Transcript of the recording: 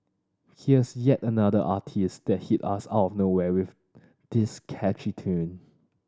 here's yet another artiste that hit us out of nowhere with this catchy tune